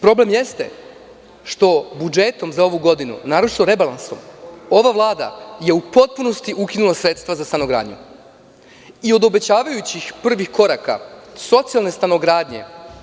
Problem jeste što je budžetom za ovu godinu, naročito rebalansom, ova vlada u potpunosti ukinula sredstva za stanogradnju, od obećavajućih prvih koraka socijalne stanogradnje.